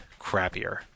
crappier